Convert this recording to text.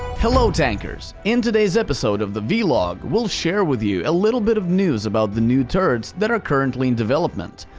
hello tankers! in today's episode of the v-log, we'll share with you a little bit of news about the new turrets that are currently in development.